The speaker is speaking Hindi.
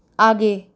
आगे